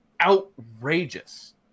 outrageous